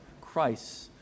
Christ